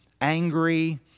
Angry